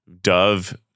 Dove